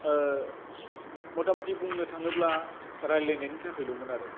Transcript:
मथा मथि बुंनो थाङोब्ला रायलायनायनि थाखायल'मोन आरो